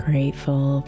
Grateful